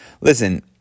Listen